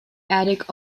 attic